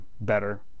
better